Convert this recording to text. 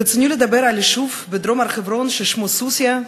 ברצוני לדבר על יישוב בדרום הר-חברון ששמו סוסיא,